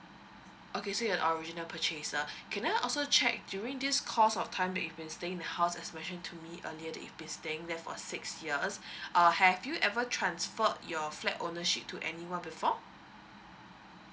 okay so you an original purchaser uh can I also check during this course of time that you've been staying in the house as you mention to me earlier that you've been staying there for six years uh have you ever transfered your flat ownership to anyone before